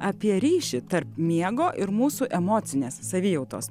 apie ryšį tarp miego ir mūsų emocinės savijautos